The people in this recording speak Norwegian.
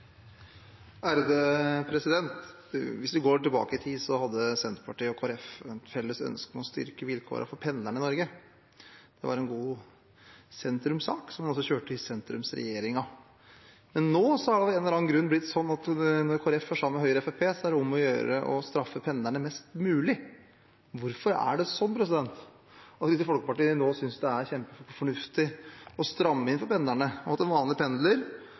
Hvis vi går tilbake i tid, hadde Senterpartiet og Kristelig Folkeparti et felles ønske om å styrke vilkårene for pendlerne i Norge. Det var en god sentrumssak, som vi også kjørte i sentrumsregjeringen. Nå har det av en eller annen grunn blitt sånn at når Kristelig Folkeparti er sammen med Høyre og Fremskrittspartiet, er det om å gjøre å straffe pendlerne mest mulig. Hvorfor synes Kristelig Folkeparti nå det er kjempefornuftig å stramme inn for pendlerne, og at en vanlig pendler